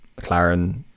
McLaren